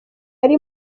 ari